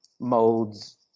modes